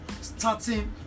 starting